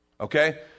Okay